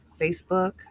Facebook